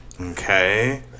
Okay